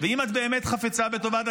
הכי חשובה.